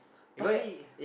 buy